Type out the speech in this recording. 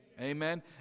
Amen